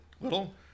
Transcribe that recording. little